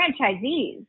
franchisees